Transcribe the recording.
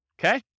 Okay